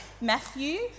Matthew